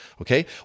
Okay